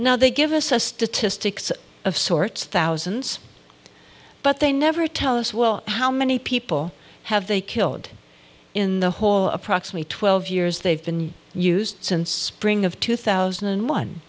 now they give us a statistics of sorts thousands but they never tell us well how many people have they killed in the whole approximate twelve years they've been used since spring of two thousand and one